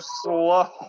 slow